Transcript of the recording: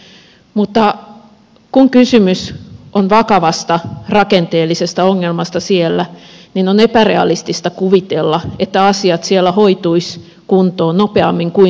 mutta kun kysymys on vakavasta rakenteellisesta ongelmasta siellä niin on epärealistista kuvitella että asiat siellä hoituisivat kuntoon nopeammin kuin sukupolvessa